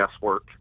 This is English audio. guesswork